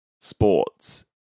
sports